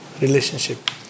relationship